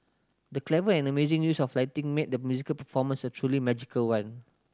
the clever and amazing use of lighting made the musical performance a truly magical one